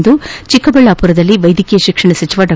ಎಂದು ಚಿಕ್ಕಬಳ್ಳಾಪುರದಲ್ಲಿ ವೈದ್ಯಕೀಯ ಶಿಕ್ಷಣ ಸಚಿವ ಡಾ